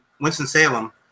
Winston-Salem